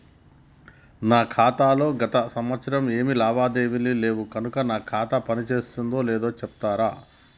నా ఖాతా లో గత సంవత్సరం ఏమి లావాదేవీలు లేవు కనుక నా ఖాతా పని చేస్తుందో లేదో చెప్తరా?